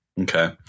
Okay